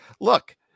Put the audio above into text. Look